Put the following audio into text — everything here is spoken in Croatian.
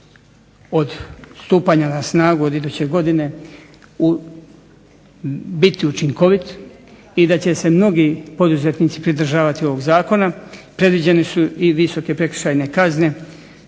od stupanja na snagu od iduće godine biti učinkovit i da će se mnogi poduzetnici pridržavati ovog Zakona, predviđeni su i visoke prekršajne kazne